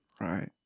Right